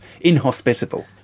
inhospitable